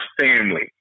family